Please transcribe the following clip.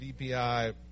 dpi